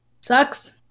sucks